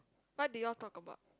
what did you all talk about